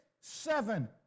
seven